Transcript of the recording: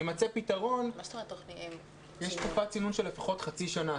של לפחות חצי שנה.